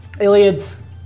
Iliad's